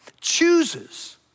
chooses